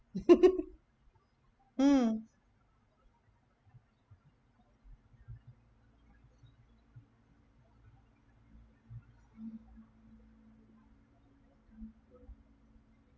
mm